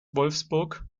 wolfsburg